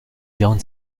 john